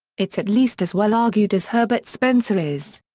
it's at least as well argued as herbert spencer is.